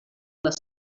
les